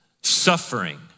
Suffering